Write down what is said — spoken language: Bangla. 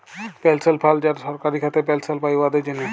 পেলশল ফাল্ড যারা সরকারি খাতায় পেলশল পায়, উয়াদের জ্যনহে